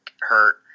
hurt